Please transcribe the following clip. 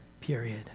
period